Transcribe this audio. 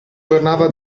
tornava